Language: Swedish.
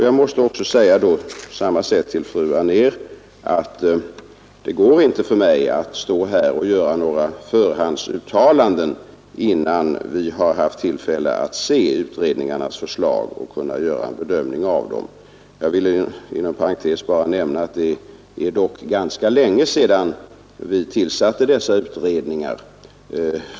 Jag måste säga på samma sätt till fru Anér: Det går inte för mig att stå här och göra några förhandsuttalanden innan vi har haft tillfälle att se utredningarnas förslag och göra en bedömning av dem. Jag vill inom parentes nämna att det dock är ganska länge sedan vi tillsatte dessa utredningar.